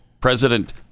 President